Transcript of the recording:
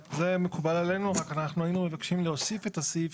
אנחנו מתחילים את הדיון שהוא דיון שלישי על הצעת